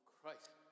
Christ